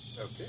Okay